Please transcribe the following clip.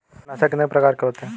कीटनाशक कितने प्रकार के होते हैं?